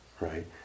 right